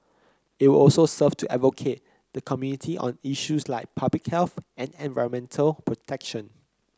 it will also serve to advocate the community on issues like public health and environmental protection